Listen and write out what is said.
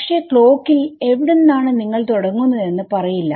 പക്ഷെ ക്ലോക്കിൽ എവിടുന്നാണ് നിങ്ങൾ തുടങ്ങുന്നതെന്ന് പറയില്ല